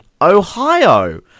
Ohio